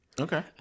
Okay